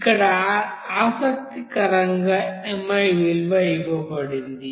ఇక్కడ ఆసక్తికరంగా mi విలువ ఇవ్వబడింది